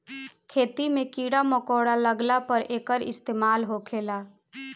खेती मे कीड़ा मकौड़ा लगला पर एकर इस्तेमाल होखेला